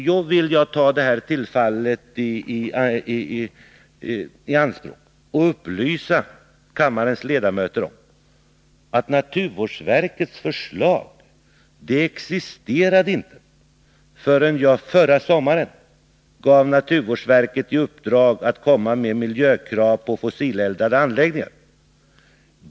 Jag vill använda det här tillfället för att upplysa kammarens ledamöter om att naturvårdsverkets förslag inte existerade förrän jag förra sommaren gav naturvårdsverket i uppdrag att komma med miljökrav på fossileldade anläggningar.